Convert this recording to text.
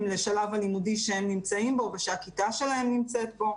לשלב הלימודי שהם נמצאים בו ושהכיתה שלהם נמצאת בו.